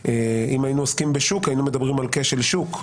היינו עוסקים בשוק היינו מדברים על כשל שוק,